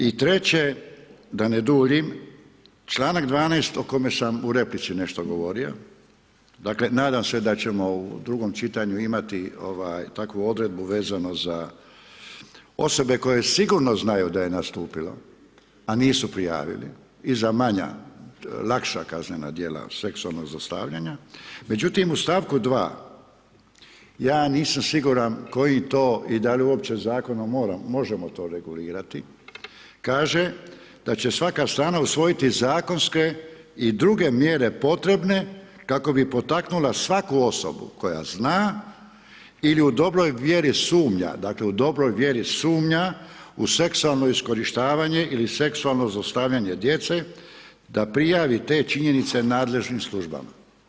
I treće, da ne duljim, čl. 12. o kojem sam u replici nešto govorio, nadam se da ćemo u drugom čitanju imati takvu odredbu vezano za osobe koje sigurno znaju da je nastupilo, a nisu prijavili i za manja, lakša kaznena dijela seksualnog zlostavljanja, međutim, u stavku 2. ja nisam siguran, kojim to i da li uopće zakonom možemo to regulirati, kaže, da će svaka strana usvojiti zakonske i druge mjere potrebne kako bi potaknula svaku osobu, koja zna ili u dobroj vjeri sumnja, dakle, u dobroj vjeri sumnja u seksualno iskorištavanje ili seksualno zlostavljanje djece, da prijavi te činjenice nadležnim službama.